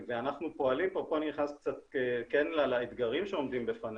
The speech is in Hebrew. פה אני נכנס קצת כן לאתגרים שעומדים בפנינו,